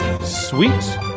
sweet